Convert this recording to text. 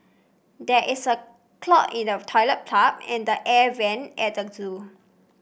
there is a clog in the toilet pipe and the air vent at the zoo